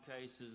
cases